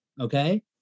Okay